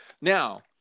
Now